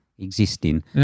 Existing